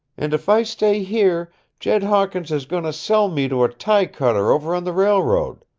and if i stay here jed hawkins is goin' to sell me to a tie-cutter over on the railroad.